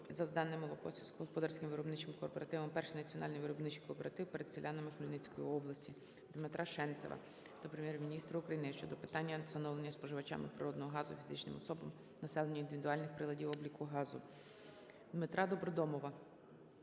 за здане молоко сільськогосподарським виробничим кооперативом "Перший національно-виробничий кооператив" перед селянами Хмельницької області. Дмитра Шенцева до Прем'єр-міністра України щодо питання встановлення споживачам природного газу - фізичним особам (населенню) індивідуальних приладів обліку газу. Дмитра Добродомова